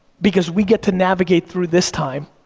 because we get to navigate through this time.